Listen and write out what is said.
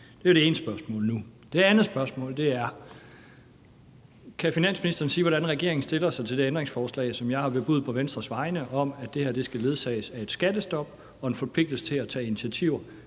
Det var det ene spørgsmål nu. Det andet spørgsmål er: Kan finansministeren sige, hvordan regeringen stiller sig til det ændringsforslag, som jeg på Venstres vegne har bebudet kommer, om, at det her skal ledsages af et skattestop og en forpligtelse til at tage initiativer,